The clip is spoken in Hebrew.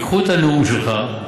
ייקחו את הנאום שלך,